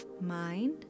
mind